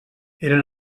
eren